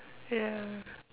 ya